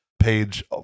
page